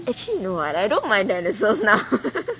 actually no eh I don't mind dinosaur now